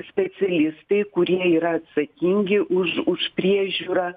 specialistai kurie yra atsakingi už už priežiūrą